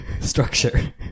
structure